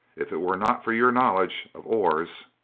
if it were not for your knowledge of ores